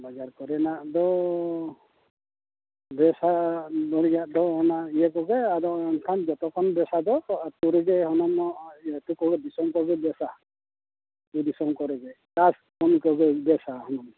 ᱵᱟᱡᱟᱨ ᱠᱚᱨᱮᱱᱟᱜ ᱫᱚ ᱵᱮᱥᱟᱜ ᱵᱟᱹᱲᱤᱡᱟᱜ ᱫᱚ ᱚᱱᱟ ᱤᱭᱟᱹ ᱠᱚᱜᱮ ᱟᱫᱚ ᱮᱱᱠᱷᱟᱱ ᱡᱚᱛᱚ ᱠᱷᱚᱱ ᱵᱮᱥᱟᱜ ᱫᱚ ᱟᱹᱛᱩ ᱨᱮᱜᱮ ᱥᱟᱱᱟᱢᱟᱜ ᱤᱭᱟᱹ ᱟᱹᱛᱩ ᱠᱚᱜᱮ ᱫᱤᱥᱚᱢ ᱠᱚᱜᱮ ᱵᱮᱥᱟ ᱟᱹᱛᱩ ᱫᱤᱥᱚᱢ ᱠᱚᱨᱮ ᱜᱮ ᱪᱟᱥ ᱠᱟᱹᱢᱤ ᱠᱚᱜᱮ ᱵᱮᱥᱟ ᱦᱩᱱᱟᱹᱝ